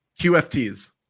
qfts